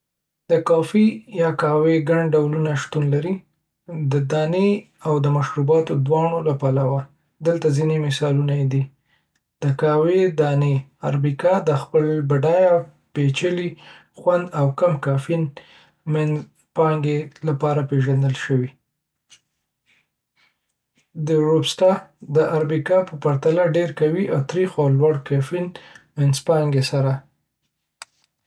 د کافی یا قهوې ګڼ ډولونه شتون لري، د دانی او مشروباتو دواړو له پلوه. دلته ځینې مثالونه دي: د قهوې دانې. عربیکا: د خپل بډایه، پیچلي خوند او د کم کافین مینځپانګې لپاره پیژندل شوی. د روبستا د عربیکا په پرتله ډیر قوي او تریخ، د لوړ کافین مینځپانګې سره.